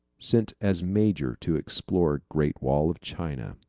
sent as major to explore great wall of china.